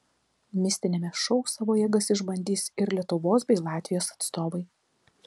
mistiniame šou savo jėgas išbandys ir lietuvos bei latvijos atstovai